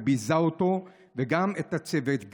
וביזה אותו וגם את הצוות,